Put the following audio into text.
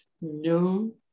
no